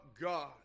God